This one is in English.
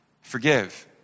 forgive